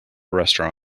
restaurant